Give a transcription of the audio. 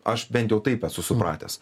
aš bent jau taip esu supratęs